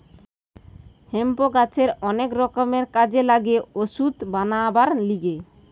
hemp গাছের অনেক রকমের কাজে লাগে ওষুধ বানাবার লিগে